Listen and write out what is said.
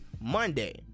monday